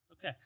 Okay